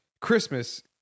Christmas